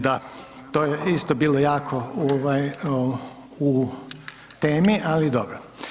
Da, to je isto bilo jako u temi, ali dobro.